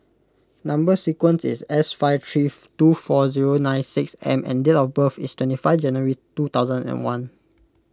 Number Sequence is S five three two four zero nine six M and date of birth is twenty five January two thousand and one